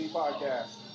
podcast